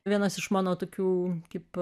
vienas iš mano tokių kaip